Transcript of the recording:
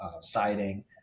siding